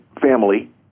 family